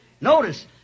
Notice